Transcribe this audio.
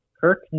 Kirk